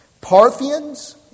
Parthians